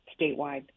statewide